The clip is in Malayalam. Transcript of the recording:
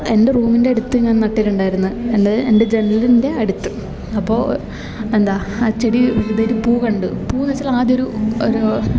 എൻ്റെ റൂമിൻ്റെ അടുത്ത് ഞാൻ നട്ടിട്ടൊണ്ടായിരുന്ന് എൻ്റെ എൻ്റെ ജനലിൻ്റെ അടുത്ത് അപ്പോൾ എന്താ ആ ചെടി വിടര് പൂ കണ്ട് പൂ എന്ന് വെച്ചാൽ ആദ്യമൊരു ഒരു